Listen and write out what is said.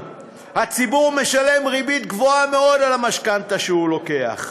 הציבור משלם ריבית גבוהה מאוד על המשכנתה שהוא לוקח,